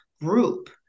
group